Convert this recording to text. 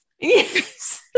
Yes